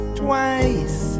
twice